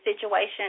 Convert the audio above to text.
situation